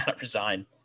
resign